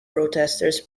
protestors